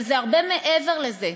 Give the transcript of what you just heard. אבל זה הרבה מעבר לזה,